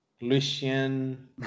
Lucien